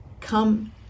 come